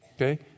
Okay